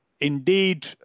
indeed